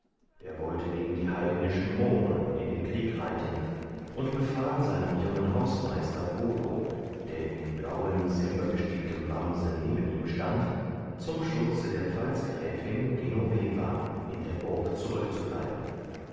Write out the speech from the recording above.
er wollte gegen die heidnischen mohren in den krieg reiten und befahl seinem jungen hausmeister golo der in blauem silbergesticktem wamse neben ihm stand zum schutze der pfalzgräfin genoveva in der burg zurückzubleiben